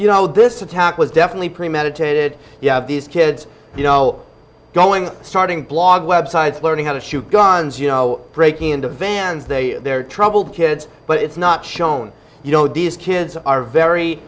you know this attack was definitely premeditated you have these kids you know going starting blog websites learning how to shoot guns you know breaking into vans they they're troubled kids but it's not shown you know these kids are very